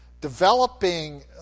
developing